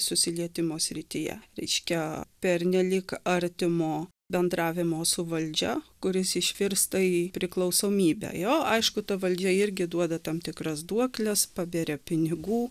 susilietimo srityje reiškia pernelyg artimo bendravimo su valdžia kuris išvirsta į priklausomybę jo aišku ta valdžia irgi duoda tam tikras duokles paberia pinigų